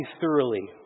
thoroughly